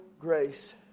grace